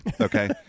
okay